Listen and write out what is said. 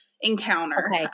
encounter